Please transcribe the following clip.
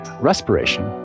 respiration